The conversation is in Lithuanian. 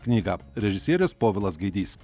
knygą režisierius povilas gaidys